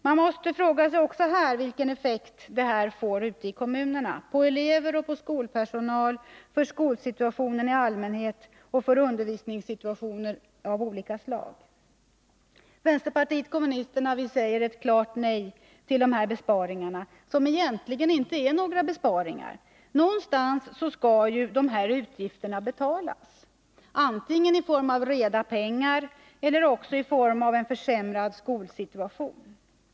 Jag måste ställa frågan också här vilken effekt det får ute i kommunerna — på elever och på skolpersonal, för skolsituationen i allmänhet och för undervisningssituationer av olika slag. Vpk säger klart nej till dessa besparingar, som egentligen inte är några besparingar. Någonstans skall dessa utgifter betalas — antingen i reda pengar eller i form av en försämrad skolsituation.